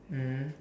mm